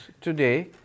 today